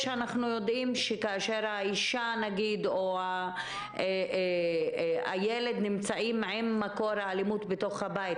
אנחנו יודעים שכאשר האישה או הילד נמצאים עם מקור האלימות בתוך הבית,